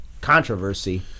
controversy